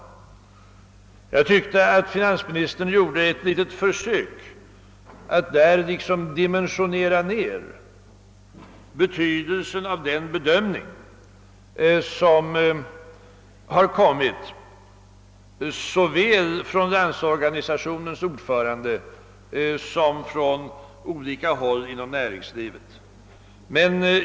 Finansministern gjorde enligt min mening ett litet försök att förringa betydelsen av den bedömning som såväl LO:s ordförande som olika representanter för näringslivet har gjort.